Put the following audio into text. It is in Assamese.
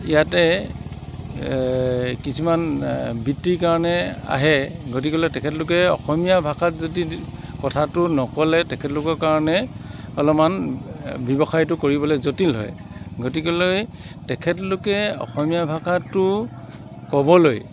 ইয়াতে কিছুমান বৃত্তিৰ কাৰণে আহে গতিকেলৈ তেখেতলোকে অসমীয়া ভাষাত যদি কথাটো নক'লে তেখেতলোকৰ কাৰণে অলমান ব্যৱসায়তো কৰিবলৈ জটিল হয় গতিকেলৈ তেখেতলোকে অসমীয়া ভাষাটো ক'বলৈ